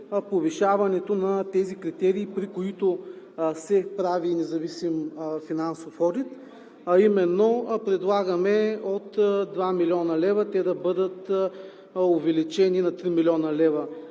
повишаването на тези критерии, при които се прави независим финансов одит, а именно предлагаме от 2 млн. лв. те да бъдат увеличени на 3 млн. лв.